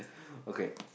okay